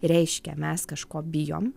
reiškia mes kažko bijom